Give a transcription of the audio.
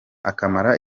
akamara